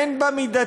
אין בה מידתיות,